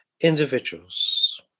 individuals